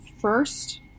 first